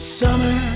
summer